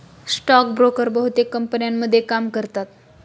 stock broker बहुतेक कंपन्यांमध्ये काम करतात